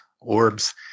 orbs